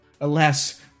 Alas